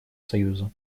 союза